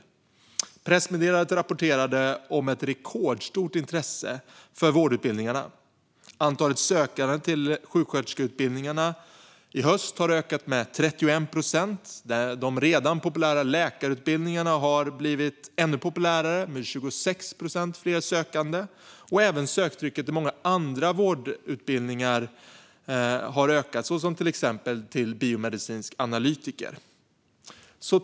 I pressmeddelandet rapporterades om ett rekordstort intresse för vårdutbildningarna. Antalet sökande till sjuksköterskeutbildningarna i höst har ökat med 31 procent. De redan populära läkarutbildningarna har blivit ännu populärare, med 26 procent fler sökande. Även söktrycket till många andra vårdyrken har ökat. Det gäller till exempel biomedicinsk analytiker.